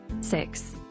six